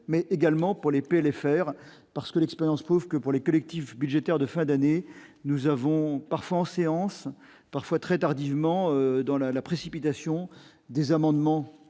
mais également pour les PLFR les faire parce que l'expérience prouve que pour les collectif budgétaire de fin d'année, nous avons parfois en séance parfois très tardivement dans la précipitation des amendements